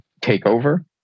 takeover